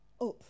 up